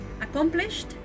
accomplished